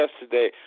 yesterday